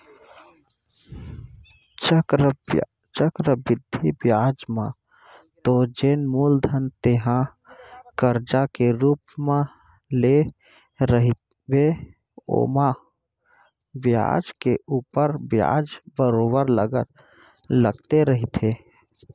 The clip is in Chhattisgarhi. चक्रबृद्धि बियाज म तो जेन मूलधन तेंहा करजा के रुप म लेय रहिबे ओमा बियाज के ऊपर बियाज बरोबर लगते रहिथे